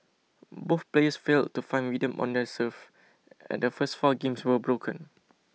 both players failed to find rhythm on their serve and the first four games were broken